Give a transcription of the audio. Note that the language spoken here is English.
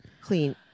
clean